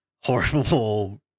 horrible